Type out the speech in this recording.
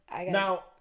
Now